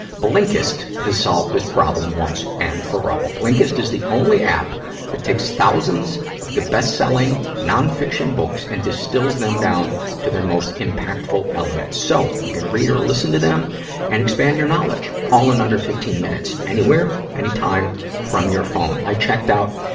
blinkist has solved this problem once and for all. blinkist is the only app that takes thousands of the best-selling non-fiction books and distills them down to their most impactful elements. so, you can read or listen to them and expand your knowledge, all in under fifteen minutes anywhere, anytime, from your phone. i checked out,